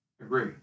Agree